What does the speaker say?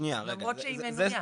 למרות שהיא מנוייה.